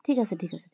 ঠিক আছে ঠিক আছে